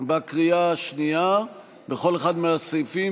בקריאה השנייה בכל אחד מהסעיפים,